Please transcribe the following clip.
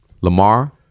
Lamar